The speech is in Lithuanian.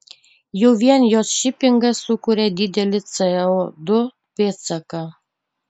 jau vien jos šipingas sukuria didelį co du pėdsaką